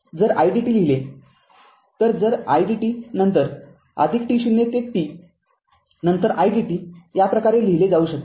जर idt लिहिले तर जर idt नंतर t0 ते t नंतर idt या प्रकारे लिहिले जाऊ शकते